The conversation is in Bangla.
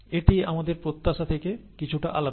এটি আমাদের প্রত্যাশা থেকে কিছুটা আলাদা